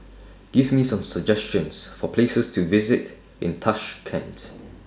Give Me Some suggestions For Places to visit in Tashkent